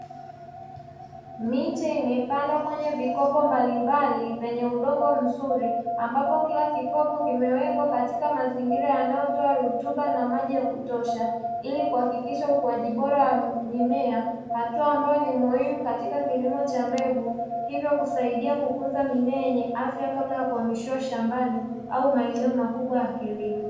Miche imepandwa kwenye vikopo mbalimbali vyenye udongo mzuri ambapo kila kikopo kimewekwa katika mazingira yanayotoa rutuba na maji ya kutosha ilikuhakikisha ukuaji bora wa mimea hatua ambayo ni muhimu katika kilimo cha mbegu, hivyo kusaidia kukuza mimea yenye afya kabla ya kuhamishiwa shambani au maeneo makubwa ya kilimo.